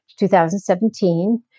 2017